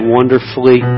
wonderfully